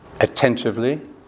attentively